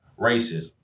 racism